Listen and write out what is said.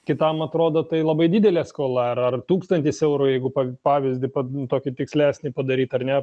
kitam atrodo tai labai didelė skola ar ar tūkstantis eurų jeigu pavyzdį tokį tikslesnį padaryt ar ne